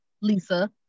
Lisa